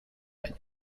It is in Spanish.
año